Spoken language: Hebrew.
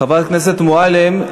חברת הכנסת מועלם,